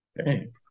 Okay